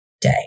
day